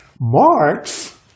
Marx